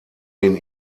den